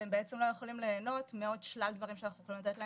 והם לא יכולים ליהנות מעוד שלל דברים שאנחנו יכולים לתת להם,